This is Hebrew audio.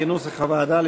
כנוסח הוועדה,